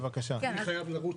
אני חייב לרוץ.